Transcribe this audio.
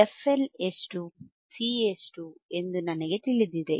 fL ಎಷ್ಟು C ಎಷ್ಟು ಎಂದು ನನಗೆ ತಿಳಿದಿದೆ